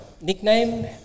nickname